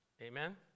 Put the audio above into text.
Amen